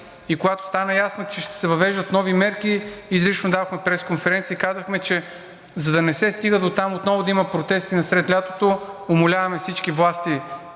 И когато стана ясно, че ще се въвеждат нови мерки, изрично дадохме пресконференция и казахме, че за да не се стига дотам отново да има протести насред лятото, умоляваме всички власти